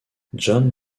john